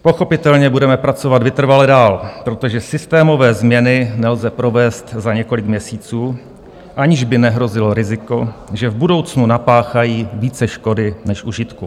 Pochopitelně budeme pracovat vytrvale dál, protože systémové změny nelze provést za několik měsíců, aniž by nehrozilo riziko, že v budoucnu napáchají více škody než užitku.